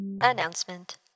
Announcement